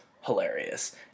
hilarious